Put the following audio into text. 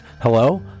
hello